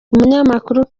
umunyamakuru